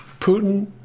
Putin